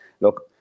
look